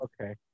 Okay